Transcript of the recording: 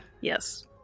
Yes